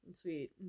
sweet